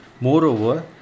Moreover